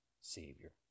Savior